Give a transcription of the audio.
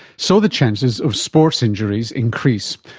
so the chances of sports injuries increase,